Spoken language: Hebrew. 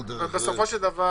בסופו של דבר